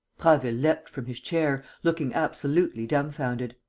prasville leapt from his chair, looking absolutely dumbfounded